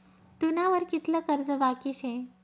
तुना वर कितलं कर्ज बाकी शे